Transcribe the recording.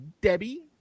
debbie